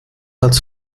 als